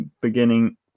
beginning